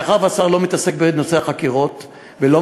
מאחר שהשר לא מתעסק בנושא החקירות ולא